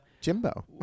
Jimbo